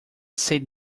said